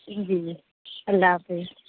جی جی اللہ حافظ